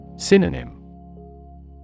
Synonym